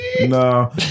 No